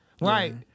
Right